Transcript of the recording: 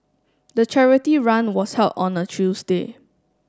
the charity run was held on a Tuesday